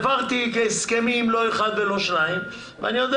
והעברתי לא הסכם אחד ולא שניים ואני יודע